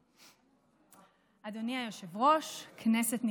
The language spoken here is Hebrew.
אדוני היושב-ראש, כנסת נכבדה,